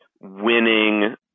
winning